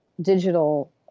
digital